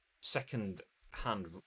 second-hand